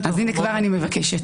כבר אני מבקשת.